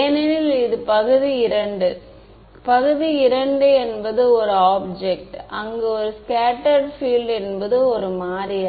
ஏனெனில் இது பகுதி II பகுதி II என்பது ஒரு ஆப்ஜெக்ட் அங்கு ஸ்கேட்டர்டு பீல்ட் என்பது ஒரு மாறி அல்ல